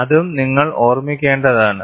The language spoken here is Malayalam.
അതും നിങ്ങൾ ഓർമ്മിക്കേണ്ടതാണ്